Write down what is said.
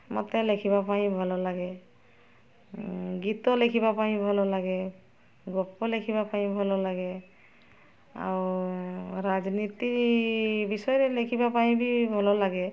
ମୋତେ ଲେଖିବା ପାଇଁ ଭଲ ଲାଗେ ଗୀତ ଲେଖିବା ପାଇଁ ଭଲ ଲାଗେ ଗପ ଲେଖିବା ପାଇଁ ଭଲ ଲାଗେ ଆଉ ରାଜନୀତି ବିଷୟରେ ଲେଖିବା ପାଇଁ ବି ଭଲ ଲାଗେ